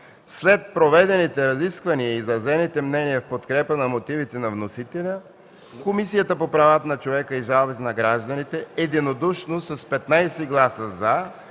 След проведените разисквания и изразените мнения в подкрепа на мотивите на вносителя, Комисията по правата на човека и жалбите на гражданите единодушно с 15 гласа „за”